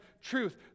truth